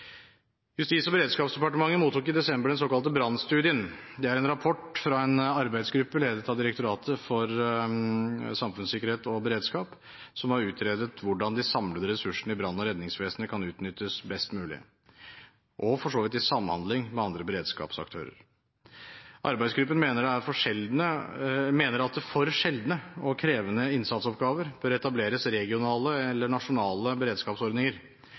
Justis- og beredskapsdepartementet mottok i desember den såkalte Brannstudien. Det er en rapport fra en arbeidsgruppe ledet av Direktoratet for samfunnssikkerhet og beredskap som har utredet hvordan de samlede ressursene i brann- og redningsvesenet kan utnyttes best mulig, og for så vidt i samhandling med andre beredskapsaktører. Arbeidsgruppen mener at det for sjeldne og krevende innsatsoppgaver bør etableres regionale eller nasjonale beredskapsordninger.